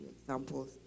examples